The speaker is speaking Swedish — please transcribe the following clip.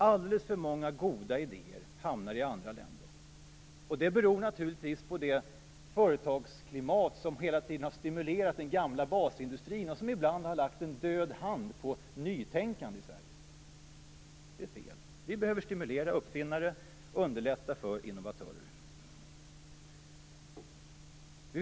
Alldeles för många goda idéer hamnar i andra länder, och det beror naturligtvis på det företagsklimat som hela tiden har stimulerat den gamla basindustrin och som ibland har legat som en död hand över nytänkande i Sverige. Det är fel. Vi behöver stimulera uppfinnare och underlätta för innovatörer.